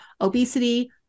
obesity